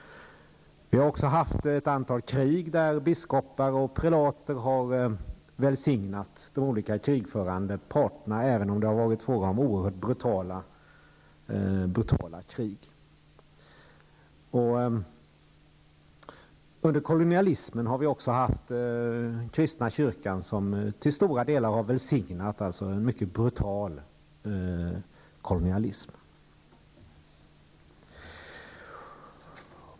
Vi har också haft ett antal krig där biskopar och prelater har välsignat de olika krigförande parterna, även om det har varit fråga om oerhört brutala krig. Den kristna kyrkan har också till stora delar välsignat en mycket brutal kolonialism.